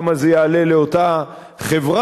כמה זה יעלה לאותה חברה?